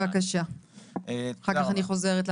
אני אתייחס גם